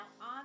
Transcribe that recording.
on